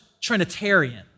Trinitarian